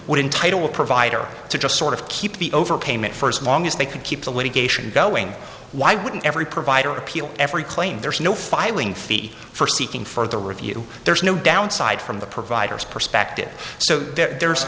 would entitle a provider to just sort of keep the overpayment first long as they can keep the litigation going why wouldn't every provider appeal every claim there's no filing fee for seeking further review there's no downside from the providers perspective so there's